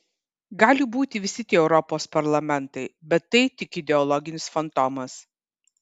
gali būti visi tie europos parlamentai bet tai tik ideologinis fantomas